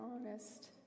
honest